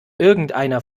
irgendeiner